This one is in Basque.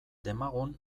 demagun